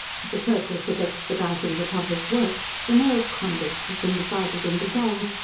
for the purpose of expediting the public work, the male convicts have been divided into gangs,